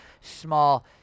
small